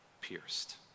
pierced